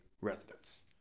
residents